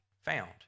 found